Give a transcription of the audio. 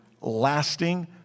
lasting